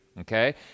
okay